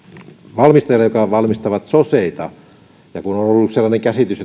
valmistajalle jotka valmistavat soseita ja kun on ollut sellainen käsitys